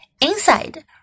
Inside